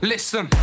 Listen